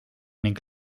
ning